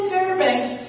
Fairbanks